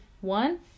one